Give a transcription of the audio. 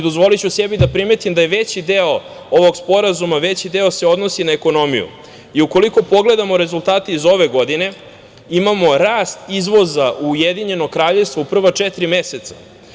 Dozvoliću sebi da primetim da se veći deo ovog sporazuma odnosi na ekonomiju i ukoliko pogledamo rezultate iz ove godine, imamo rast izvoza u Ujedinjeno Kraljevstvo u prva četiri meseca.